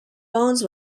bones